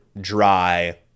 dry